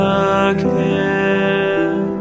again